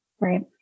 Right